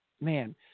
Man